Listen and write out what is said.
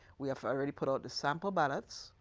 we have already put out the sample ballots.